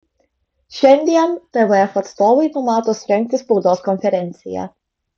šiandien tvf atstovai numato surengti spaudos konferenciją